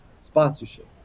Sponsorship